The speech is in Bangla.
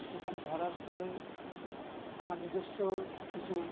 তো সেখানে ধরার ফলে আমার নিজেস্ব কিছু